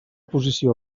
posició